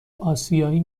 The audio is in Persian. آسیایی